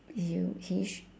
he will he sh~